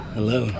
Hello